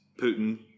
Putin